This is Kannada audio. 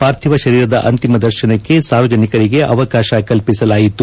ಪಾರ್ಥಿವ ಶರೀರದ ಅಂತಿಮ ದರ್ಶನಕ್ಕೆ ಸಾರ್ವಜನಿಕರಿಗೆ ಅವಕಾಶ ಕಲ್ಪಿಸಲಾಯಿತು